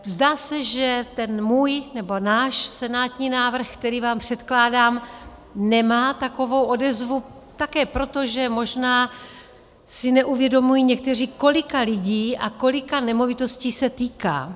Zdá se, že ten můj, nebo náš senátní návrh, který vám předkládám, nemá takovou odezvu také proto, že možná si neuvědomují někteří, kolika lidí a kolika nemovitostí se týká.